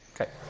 Okay